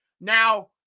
Now